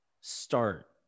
start